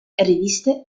riviste